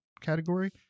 category